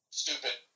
stupid